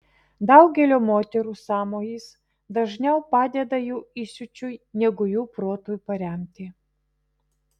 daugelio moterų sąmojis dažniau padeda jų įsiūčiui negu jų protui paremti